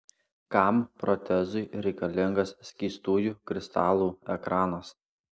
kam protezui reikalingas skystųjų kristalų ekranas